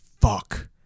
Fuck